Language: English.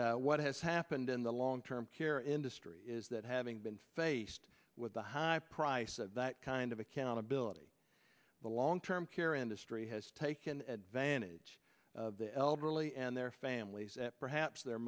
doing what has happened in the long term care industry is that having been faced with the high price of that kind of accountability the long term care industry has taken advantage of the elderly and their families at perhaps the